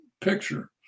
picture